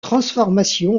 transformation